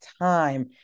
time